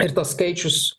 ir tas skaičius